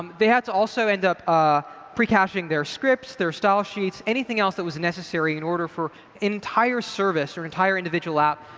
they had to also end up precaching their scripts, their style sheets, anything else that was necessary in order for entire service, or entire individual app,